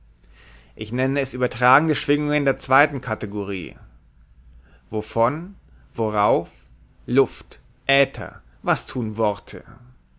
ich nenne es übertragende schwingungen der zweiten kategorie wovon worauf luft äther was tun worte